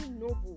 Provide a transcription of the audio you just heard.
noble